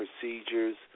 procedures